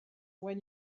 when